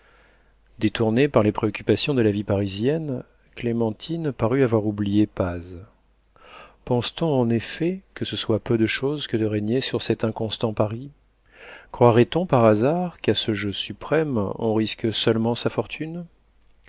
détournée par les préoccupations de la vie parisienne clémentine parut avoir oublié paz pense-t-on en effet que ce soit peu de chose que de régner sur cet inconstant paris croirait-on par hasard qu'à ce jeu suprême on risque seulement sa fortune